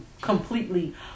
completely